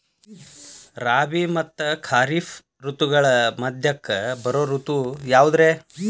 ರಾಬಿ ಮತ್ತ ಖಾರಿಫ್ ಋತುಗಳ ಮಧ್ಯಕ್ಕ ಬರೋ ಋತು ಯಾವುದ್ರೇ?